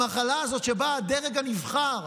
שבה הדרג הנבחר,